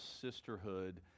sisterhood